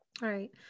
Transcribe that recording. right